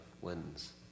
wins